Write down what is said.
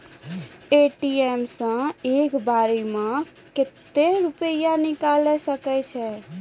ATM सऽ एक बार म कत्तेक रुपिया निकालि सकै छियै?